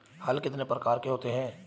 हल कितने प्रकार के होते हैं?